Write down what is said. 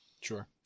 Sure